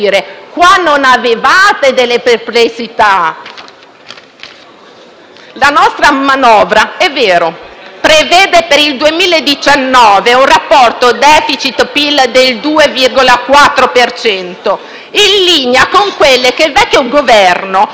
La nostra manovra - è vero - prevede per il 2019 un rapporto *deficit*-PIL del 2,4 per cento, in linea con quelle che il vecchio Governo utilizzava per i regali alle banche e agli amici.